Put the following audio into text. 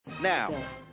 Now